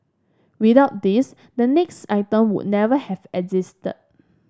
without this the next item would never have existed